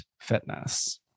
Fitness